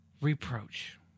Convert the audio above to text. reproach